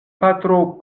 patro